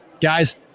Guys